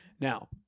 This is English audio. Now